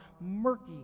murky